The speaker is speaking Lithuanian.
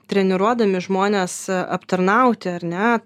treniruodami žmones aptarnauti ar ne